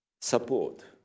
support